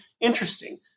interesting